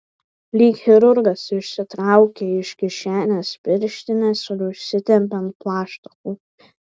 lyg chirurgas išsitraukė iš kišenės pirštines ir užsitempė ant plaštakų